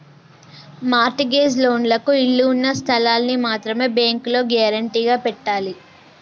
mart gauge లోన్లకు ఇళ్ళు ఉన్న స్థలాల్ని మాత్రమే బ్యేంకులో గ్యేరంటీగా పెట్టాలే